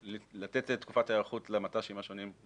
לתת תקופת היערכות גם לבדיקות.